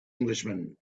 englishman